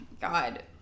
God